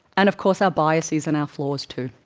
and of course our biases and flaws too.